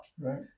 right